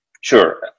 Sure